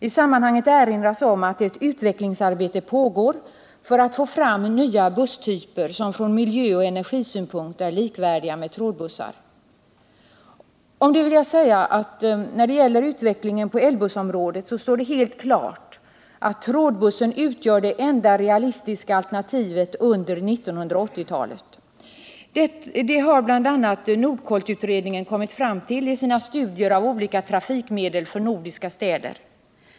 I sammanhanget erinras om att ett utvecklingsarbete pågår för att få fram nya busstyper, som från miljöoch energisynpunkt är likvärdiga med trådbussar. Om det vill jag säga att när det gäller utvecklingen på elbussområdet står det helt klart att trådbussen utgör det enda realistiska alternativet under 1980-talet. Det har bl.a. NORDKOLT-utredningen kommit fram till i sina studier av olika trafikmedel för nordiska städer.